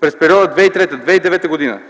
През периода 2003-2009 г.